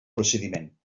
procediment